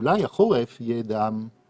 ואולי החורף יהיה גם לצמיחה.